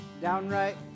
downright